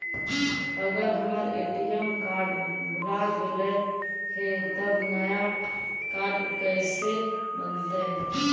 अगर हमर ATM card भुला गैलै हे तब नया काड कइसे बनतै?